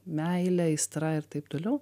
meilė aistra ir taip toliau